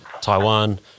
Taiwan